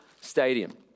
Stadium